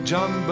John